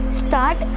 start